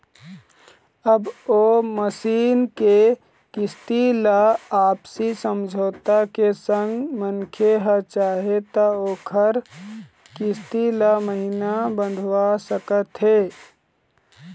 अब ओ मसीन के किस्ती ल आपसी समझौता के संग मनखे ह चाहे त ओखर किस्ती ल महिना बंधवा सकत हे